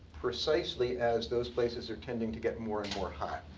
precisely as those places are tending to get more and more hot.